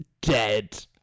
dead